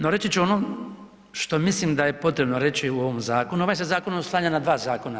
No, reći ću ono što mislim da je potrebno reći u ovom zakonu, ovaj se zakon oslanja na 2 zakona.